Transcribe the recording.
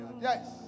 Yes